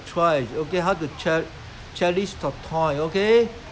not like last time last time I mean is the parents is be~ because they're